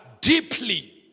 deeply